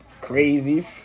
crazy